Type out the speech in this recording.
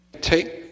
Take